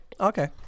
Okay